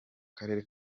karere